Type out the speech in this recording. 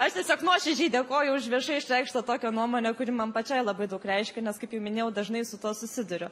aš tiesiog nuoširdžiai dėkoju už viešai išreikštą tokią nuomonę kuri man pačiai labai daug reiškia nes kaip jau minėjau dažnai su tuo susiduriu